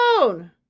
alone